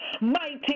mighty